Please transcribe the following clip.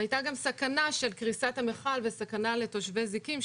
היתה גם סכנה של קריסת המכל וסכנה לתושבי זיקים,